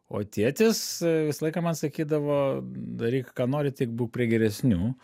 o tėtis visą laiką man sakydavo daryk ką nori tik būk prie geresnių